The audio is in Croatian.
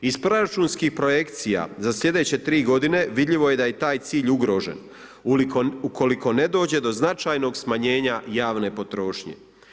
Iz proračunskih projekcija za sljedeće tri godine vidljivo je da je taj cilj ugrožen ukoliko ne dođe do značajnog smanjenja javne potrošnje.